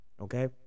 okay